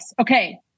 Okay